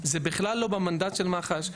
זה בכלל לא במנדט של מח"ש,